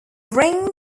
ring